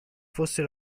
fosse